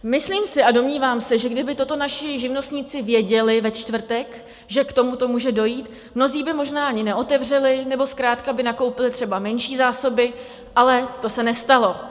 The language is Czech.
Myslím si a domnívám se, že kdyby toto naši živnostníci věděli ve čtvrtek, že k tomuto může dojít, mnozí by možná ani neotevřeli nebo zkrátka by nakoupili třeba menší zásoby, ale to se nestalo.